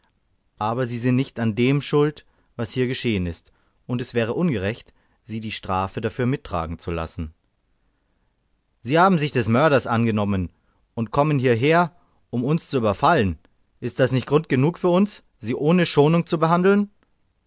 aber sie sind nicht an dem schuld was hier geschehen ist und es wäre ungerecht sie die strafe dafür mittragen zu lassen sie haben sich des mörders angenommen und kommen hierher um uns zu überfallen ist das nicht grund genug für uns sie ohne schonung zu behandeln